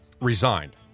resigned